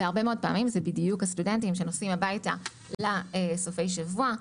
והרבה מאוד פעמים אלה הסטודנטים שנוסעים הביתה לסופי שבוע,